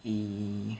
be